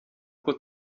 uko